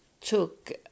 took